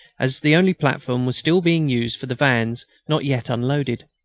as the only platform was still being used for the vans not yet unloaded.